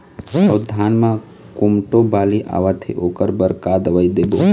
अऊ धान म कोमटो बाली आवत हे ओकर बर का दवई देबो?